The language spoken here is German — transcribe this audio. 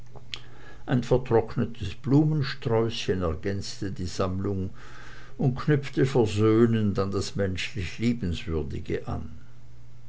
ein vertrocknetes blumensträußchen ergänzte die sammlung und knüpfte versöhnend an das menschlich liebenswürdige an